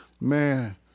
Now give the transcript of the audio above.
man